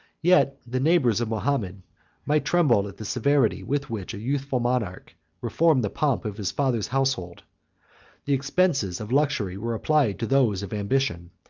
yet the neighbors of mahomet might tremble at the severity with which a youthful monarch reformed the pomp of his father's household the expenses of luxury were applied to those of ambition,